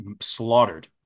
slaughtered